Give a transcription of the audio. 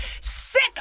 sick